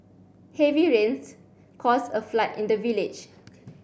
heavy rains caused a flood in the village